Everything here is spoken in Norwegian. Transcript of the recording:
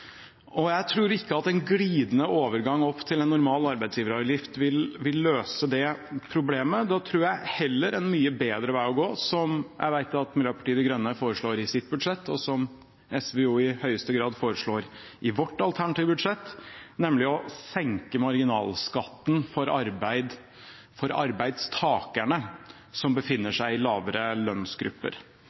Jeg tror ikke en glidende overgang opp til en normal arbeidsgiveravgift vil løse det problemet. Da tror jeg en mye bedre vei å gå, som jeg vet at Miljøpartiet De Grønne foreslår i sitt alternative budsjett, og som SV i høyeste grad foreslår i vårt alternative budsjett, er å senke marginalskatten for arbeidstakerne som befinner seg i lavere lønnsgrupper.